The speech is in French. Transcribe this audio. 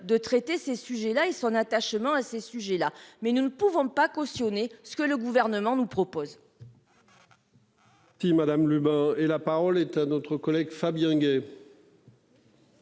de traiter ces sujets-là et son attachement à ce sujet-là mais nous ne pouvons pas cautionner ce que le gouvernement nous propose.